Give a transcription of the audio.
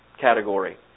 category